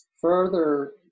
Further